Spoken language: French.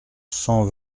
cent